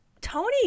Tony